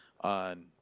on